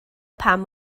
pam